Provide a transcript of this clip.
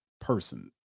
person